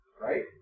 right